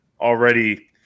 already